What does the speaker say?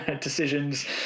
decisions